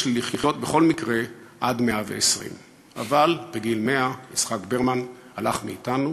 יש לי לחיות בכל מקרה עד 120. אבל בגיל 100 יצחק ברמן הלך מאתנו.